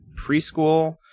preschool